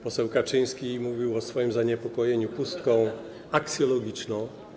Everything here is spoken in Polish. Poseł Kaczyński mówił o swoim zaniepokojeniu pustką aksjologiczną.